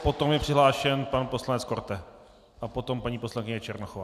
Potom je přihlášen pan poslanec Korte, potom paní poslankyně Černochová.